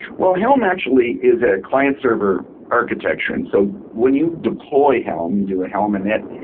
well, helm actually is a client server architecture, and so when you deploy helm, you do a helm in it,